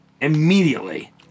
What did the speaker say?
immediately